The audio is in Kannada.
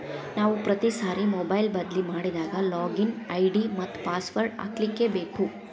ನಾವು ಪ್ರತಿ ಸಾರಿ ಮೊಬೈಲ್ ಬದ್ಲಿ ಮಾಡಿದಾಗ ಲಾಗಿನ್ ಐ.ಡಿ ಮತ್ತ ಪಾಸ್ವರ್ಡ್ ಹಾಕ್ಲಿಕ್ಕೇಬೇಕು